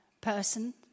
person